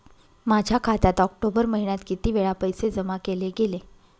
माझ्या खात्यात ऑक्टोबर महिन्यात किती वेळा पैसे जमा केले गेले?